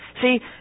See